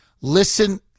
Listen